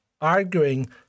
arguing